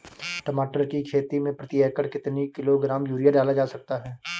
टमाटर की खेती में प्रति एकड़ कितनी किलो ग्राम यूरिया डाला जा सकता है?